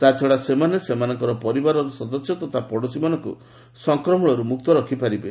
ତାଛଡ଼ା ସେମାନେ ସେମାନଙ୍କର ପରିବାରର ସଦସ୍ୟ ତଥା ପଡ଼ୋଶୀମାନଙ୍କୁ ସଂକ୍ରମଣରୁ ମୁକ୍ତ ରଖିପାରିବେ